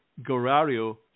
gorario